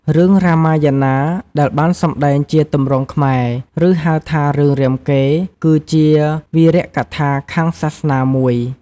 រឿង រ៉ាម៉ាយ៉ាណា ដែលបានសម្ដែងជាទម្រង់ខ្មែរ ឬ ហៅថារឿងរាមកេរ្តិ៍គឺជាវីវកថាខាងសាសនាមួយ។